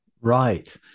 Right